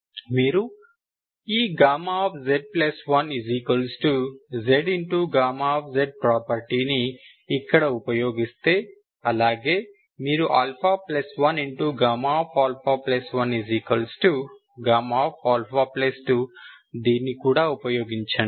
మీరు ఈ z1z Γz ప్రాపర్టీని ఇక్కడ ఉపయోగిస్తే అలాగే మీరు α1Γα1 Γα2 దీన్ని కూడా ఉపయోగించండి